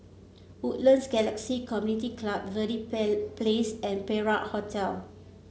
Woodlands Galaxy Community Club Verde Place and Perak Hotel